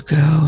go